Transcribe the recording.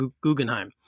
Guggenheim